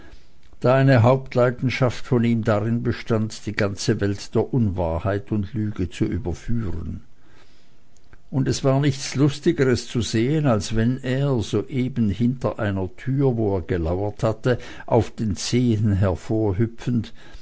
eine hauptleidenschaft von ihm darin bestand die ganze welt der unwahrheit und lüge zu überführen und es war nichts lustigeres zu sehen als wenn er soeben hinter einer tür wo er gelauert hatte auf den zehen